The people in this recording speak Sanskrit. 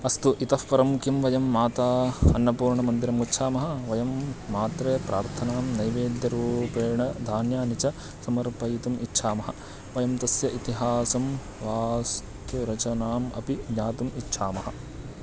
अस्तु इतः परं किं वयं माता अन्नपूर्णामन्दिरं गच्छामः वयं मात्रे प्रार्थनां नैवेद्यरूपेण धान्यानि च समर्पयितुम् इच्छामः वयं तस्य इतिहासं वास्तुरचनाम् अपि ज्ञातुम् इच्छामः